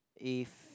if